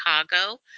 Chicago